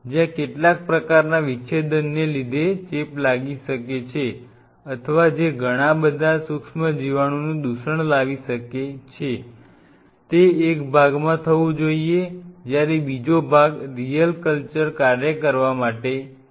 જ્યાં કેટલાક પ્રકારના વિચ્છેદનને લીધે ચેપ લાગી શકે છે અથવા જે ઘણાં બધાં સુક્ષ્મજીવાણુનું દૂષણ લાવી શકે છે તે એક ભાગમાં થવું જોઈએ જ્યારે બીજો ભાગ રીયલ કલ્ચર કાર્ય કરવા માટે છે